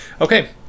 Okay